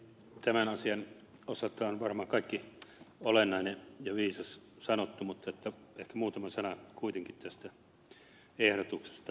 tämän asian osalta on varmaan kaikki olennainen ja viisas sanottu mutta ehkä muutama sana kuitenkin tästä ehdotuksesta